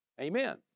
Amen